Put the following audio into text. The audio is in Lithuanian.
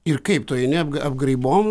ir kaip tu eini apgraibom